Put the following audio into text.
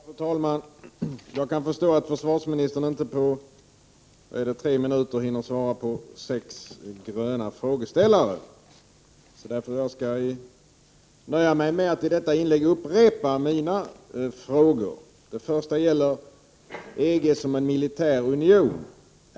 Fru talman! Jag kan förstå att försvarsministern på tre minuter inte hinner svara på frågor från sex gröna frågeställare. Därför skall jag i detta inlägg nöja mig med att upprepa mina frågor. Den första frågan gäller EG som en militär union.